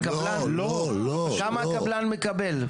כמה הקבלן מקבל?